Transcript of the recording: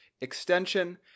extension